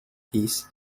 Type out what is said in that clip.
hieß